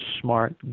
smart